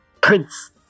Prince